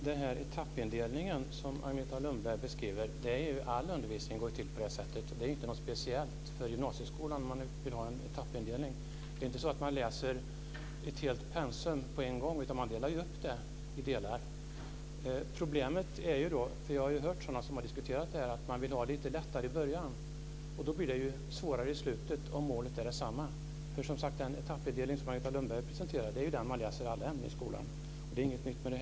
Fru talman! Agneta Lundberg beskriver etappindelning. All undervisning går till på det sättet. Det är inte något speciellt för gymnasieskolan att man vill ha en etappindelning. Det är inte så att man läser ett helt pensum på en gång, utan man delar upp i delar. Vi har hört sådana som har diskuterat att man vill ha det lite lättare i början. Det är problemet. Då blir det svårare i slutet om målet är detsamma. Den etappindelning som Agneta Lundberg presenterade är den som eleverna har i alla ämnen de läser i skolan. Det är inget nytt med det.